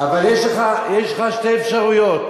אבל יש לך שתי אפשרויות: